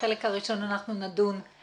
בוקר טוב לכולם, תודה לכל מי שהגיע.